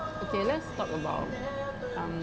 okay let's talk about um